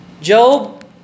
Job